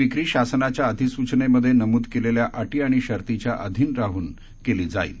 विक्री शासनाच्या अधिसूचनेमध्ये नमूद केलेल्या अटी आणि शर्तीच्या अधीन राहून केली जाईल